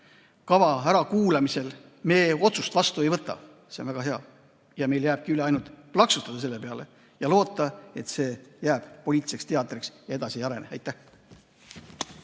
kava ärakuulamisel me otsust vastu ei võta. See on väga hea. Meil jääb üle ainult plaksutada selle peale ja loota, et see jääbki poliitiliseks teatriks ja edasi ei arene. Aitäh!